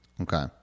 Okay